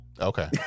okay